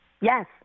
Yes